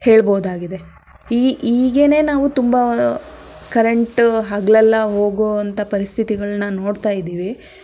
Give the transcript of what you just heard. ಹೇಳ್ಬೋದು ಆಗಿದೆ ಈ ಹೀಗೇನೆ ನಾವು ತುಂಬ ಕರೆಂಟು ಹಗಲೆಲ್ಲ ಹೋಗೊ ಅಂತ ಪರಿಸ್ಥಿತಿಗಳನ್ನ ನೋಡ್ತಾಯಿದ್ದೀವಿ